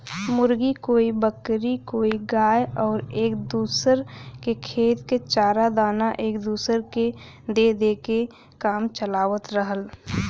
मुर्गी, कोई बकरी कोई गाय आउर एक दूसर के खेत क चारा दाना एक दूसर के दे के काम चलावत रहल